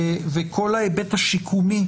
וכל ההיבט השיקומי,